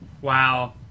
Wow